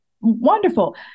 wonderful